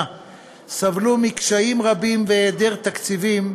סבלו מקשיים רבים והיעדר תקציבים,